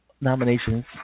nominations